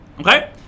okay